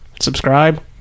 subscribe